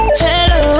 hello